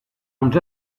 uns